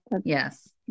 yes